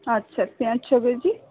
আচ্ছা পেঁয়াজ ছকেজি